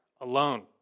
alone